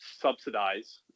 subsidize